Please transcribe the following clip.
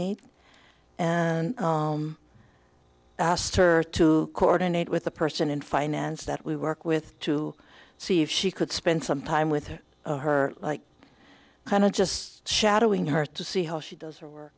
eight and asked her to coordinate with the person in finance that we work with to see if she could spend some time with her or her like kind of just shadowing her to see how she does